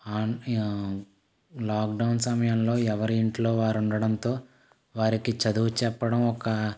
on ఆ lockdown సమయంలో ఎవరింట్లో వారుండడంతో వారికి చదువు చెప్పడం ఒక